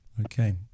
okay